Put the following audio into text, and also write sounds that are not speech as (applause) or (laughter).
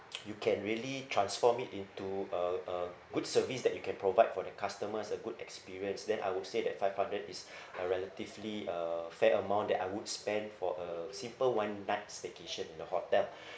(noise) you can really transform it into a a good service that you can provide for the customers a good experience then I would say that five hundred is a relatively uh fair amount that I would spend for a simple one night's staycation in the hotel